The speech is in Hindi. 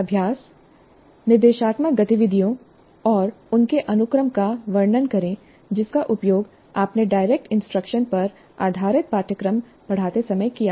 अभ्यास निर्देशात्मक गतिविधियों और उनके अनुक्रम का वर्णन करें जिसका उपयोग आपने डायरेक्ट इंस्ट्रक्शन पर आधारित पाठ्यक्रम पढ़ाते समय किया था